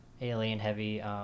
alien-heavy